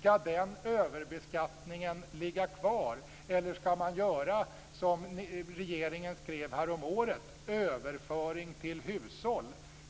Skall den överbeskattningen ligga kvar, eller skall man göra som regeringen skrev häromåret, dvs. "överföring till hushåll".